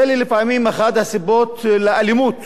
ולפעמים אחת הסיבות לאלימות